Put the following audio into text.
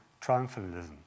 triumphalism